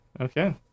Okay